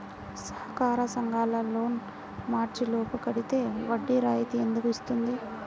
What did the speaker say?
సహకార సంఘాల లోన్ మార్చి లోపు కట్టితే వడ్డీ రాయితీ ఎందుకు ఇస్తుంది?